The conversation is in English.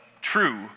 true